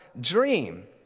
dream